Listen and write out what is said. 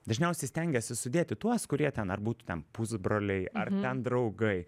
dažniausiai stengiasi sudėti tuos kurie ten ar būtų ten pusbroliai ar ten draugai